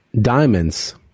Diamonds